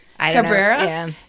Cabrera